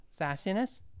Sassiness